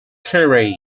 prairie